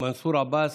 מנסור עבאס,